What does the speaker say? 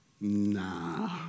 Nah